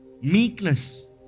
Meekness